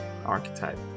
archetype